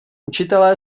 učitelé